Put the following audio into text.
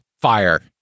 fire